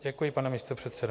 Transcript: Děkuji, pane místopředsedo.